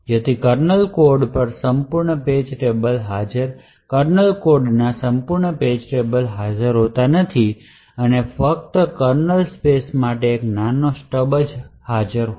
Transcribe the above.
જેથી kernel code પર સંપૂર્ણ પેજ ટેબલ હાજર નથી અને ફક્ત કર્નલ સ્પેસ માટે એક નાનો સ્ટબ હાજર ન હોય